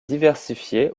diversifiées